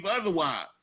otherwise